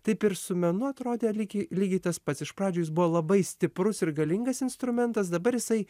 taip ir su menu atrodė lyg lygiai tas pats iš pradžių jis buvo labai stiprus ir galingas instrumentas dabar jisai